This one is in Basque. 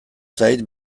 zait